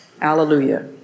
Alleluia